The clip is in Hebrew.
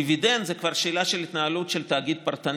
דיבידנד זה כבר שאלה של התנהלות של תאגיד פרטני.